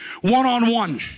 one-on-one